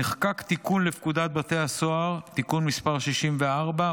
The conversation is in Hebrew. נחקק תיקון לפקודת בתי הסוהר (תיקון מס' 64,